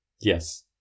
Yes